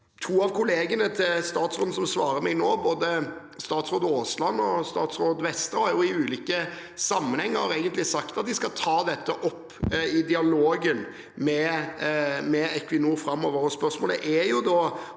To av kollegaene til statsråden som svarer meg nå, både statsråd Aasland og statsråd Vestre, har i ulike sammenhenger sagt at de skal ta dette opp i dialogen med Equinor framover.